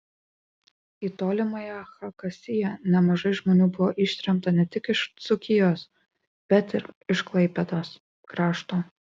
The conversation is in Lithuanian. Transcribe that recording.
į tolimąją chakasiją nemažai žmonių buvo ištremta ne tik iš dzūkijos bet ir iš klaipėdos krašto